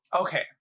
Okay